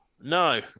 No